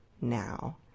now